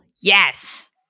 yes